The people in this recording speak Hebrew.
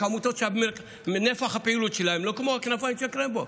יש עמותות שנפח הפעילות שלהן הוא לא כמו של כנפיים של קרמבו.